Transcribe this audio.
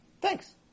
Thanks